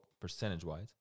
percentage-wise